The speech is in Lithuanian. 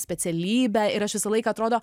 specialybę ir aš visą laik atrodo